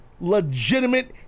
Legitimate